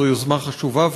זו יוזמה חשובה,